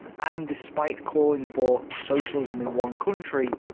um despite calling for socialism in one country,